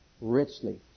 richly